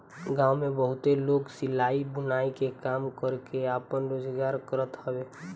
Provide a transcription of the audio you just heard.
गांव में बहुते लोग सिलाई, बुनाई के काम करके आपन रोजगार करत हवे